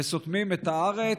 וסותמים את הארץ,